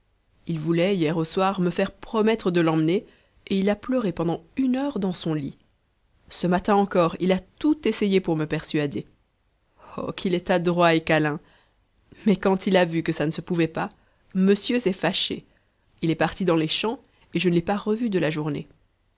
il voulait hier au soir me faire promettre de l'emmener et il a pleuré pendant une heure dans son lit ce matin encore il a tout essayé pour me persuader oh qu'il est adroit et câlin mais quand il a vu que ça ne se pouvait pas monsieur s'est fâché il est parti dans les champs et je ne l'ai pas revu de la journée